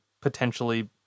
potentially